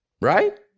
Right